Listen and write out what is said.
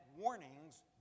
warnings